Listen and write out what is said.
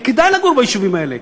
יהיה כדאי לגור ביישובים האלה.